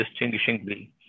distinguishingly